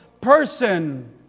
person